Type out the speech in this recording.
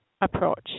approach